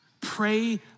Pray